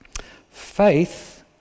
Faith